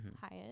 Hyatt